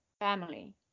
family